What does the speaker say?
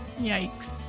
Yikes